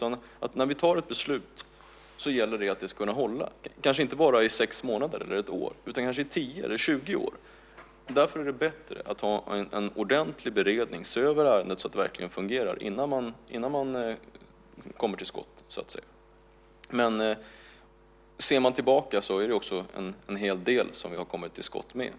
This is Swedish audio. När vi tar ett beslut gäller det att det ska kunna hålla, kanske inte bara i sex månader eller ett år utan i tio eller tjugo år. Därför är det bättre att göra en ordentlig beredning och se över ärendet så att det verkligen fungerar innan man kommer till skott. Men ser man tillbaka är det också en hel del som vi har kommit till skott med.